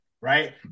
right